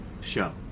show